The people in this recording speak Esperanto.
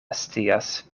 scias